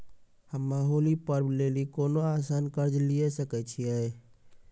हम्मय होली पर्व लेली कोनो आसान कर्ज लिये सकय छियै?